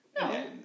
No